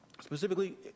specifically